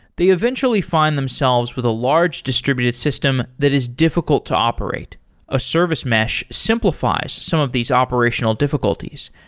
they eventually find themselves with a large distributed system that is difficult to operate a service mesh simplifies some of these operational difficulties,